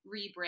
rebrand